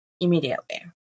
Immediately